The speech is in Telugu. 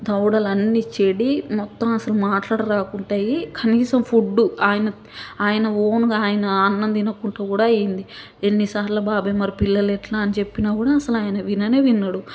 దవడలన్నీ చెడి మొత్తం అసలు మాటలు రాకుండా అయ్యింది కనీసం ఫుడ్డు ఆయన ఆయన ఓన్గా ఆయన అన్నం తినకుండా కూడా అయ్యింది ఎన్ని సార్లు బాబాయ్ మరి పిల్లలెట్ల అని చెప్పినా కూడా అస్సలాయన విననే వినడు